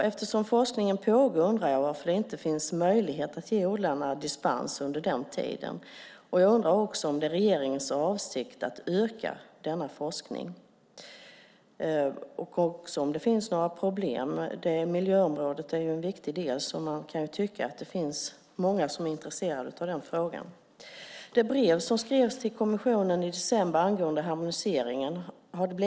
Eftersom forskning pågår undrar jag varför det inte finns möjlighet att ge odlarna dispens under den tiden. Jag undrar också om det är regeringens avsikt att öka denna forskning och om det finns några problem. Det här miljöområdet är en viktig del, så man kan tycka att många borde vara intresserade av den frågan. Har det blivit någon respons på det brev som skrevs till kommissionen i december angående harmoniseringen?